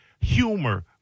humor